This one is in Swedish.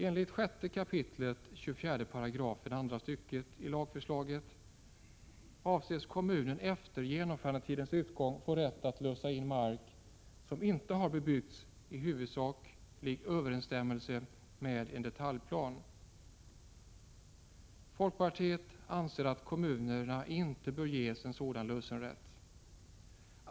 Enligt 6 kap. 24 § andra stycket i lagförslaget avses kommunen efter genomförandetidens utgång få rätt att lösa in mark som inte har bebyggts i 11 huvudsaklig överensstämmelse med en detaljplan. Folkpartiet anser att kommunerna inte bör ges en sådan lösenrätt.